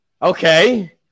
Okay